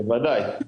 בוודאי.